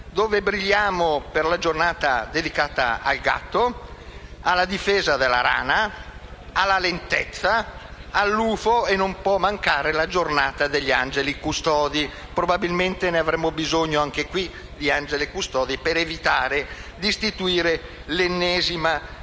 253: brilliamo per la giornata dedicata al gatto; alla difesa della rana, alla lentezza, agli UFO, e non può mancare la giornata degli angeli custodi. E probabilmente avremmo bisogno anche qui di angeli custodi per evitare di istituire l'ennesima